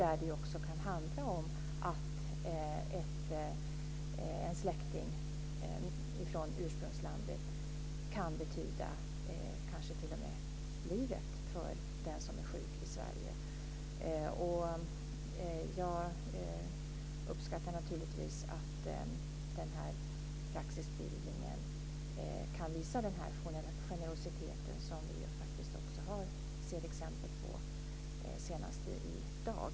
Där kan det ju handla om att en släkting från ursprungslandet t.o.m. kan betyda livet för den som är sjuk i Sverige. Jag uppskattar naturligtvis att praxisbildningen kan visa den här generositeten, vilket vi ju faktiskt har sett exempel på senast i dag.